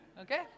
Okay